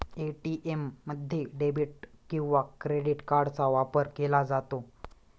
ATM मध्ये debit किंवा credit कार्डचा वापर केला जातो